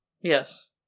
Yes